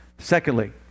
Secondly